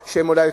האלה.